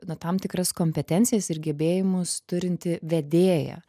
na tam tikras kompetencijas ir gebėjimus turinti vedėja